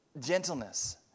Gentleness